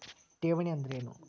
ಠೇವಣಿ ಅಂದ್ರೇನು?